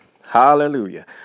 hallelujah